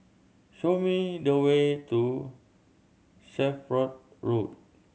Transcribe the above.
show me the way to Shelford Road